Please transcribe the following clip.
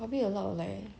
probably a lot of like